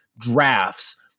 drafts